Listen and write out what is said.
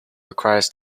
requires